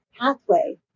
pathway